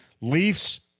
Leafs